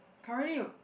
currently